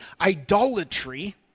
idolatry